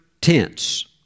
tense